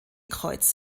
kreuz